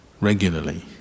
regularly